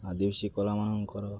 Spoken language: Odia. ଆଦିବାସୀ କଲାମାନଙ୍କର